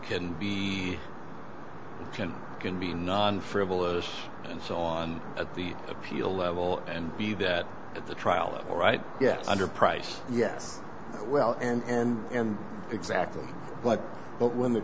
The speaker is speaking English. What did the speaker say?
can be can can be non frivolous and so on at the appeal level and be that at the trial all right yes under price yes well and in exactly what but when the